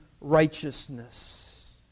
righteousness